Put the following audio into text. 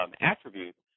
attributes